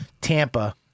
Tampa